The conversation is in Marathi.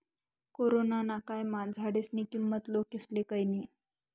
कोरोना ना कायमा झाडेस्नी किंमत लोकेस्ले कयनी